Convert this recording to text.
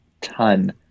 ton